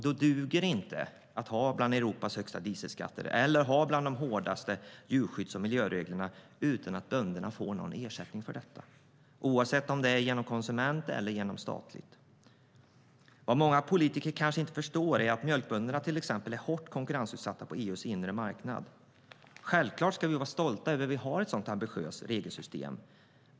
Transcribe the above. Då duger det inte att ha bland Europas högsta dieselskatter eller de hårdaste djurskydds och miljöreglerna utan att bönderna får någon ersättning för det, genom konsumenten eller staten. Många politiker kanske inte förstår att mjölkbönderna är hårt konkurrensutsatta på EU:s inre marknad. Självklart ska vi vara stolta över att vi har ett ambitiöst regelsystem.